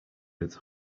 get